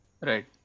Right